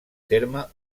terme